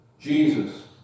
Jesus